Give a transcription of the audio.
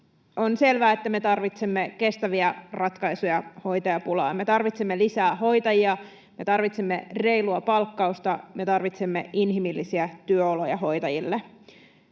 On selvää, että me tarvitsemme kestäviä ratkaisuja hoitajapulaan. Me tarvitsemme lisää hoitajia, me tarvitsemme reilua palkkausta, me tarvitsemme inhimillisiä työoloja hoitajille.